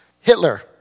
Hitler